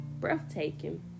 breathtaking